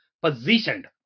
Positioned